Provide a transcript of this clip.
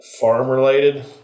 farm-related